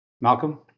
Malcolm